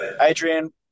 Adrian